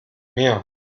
mehr